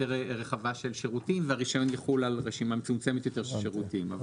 רחבה של שירותים והרישיון יחול על רשימה מצומצמת יותר של שירותים.